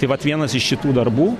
tai vat vienas iš šitų darbų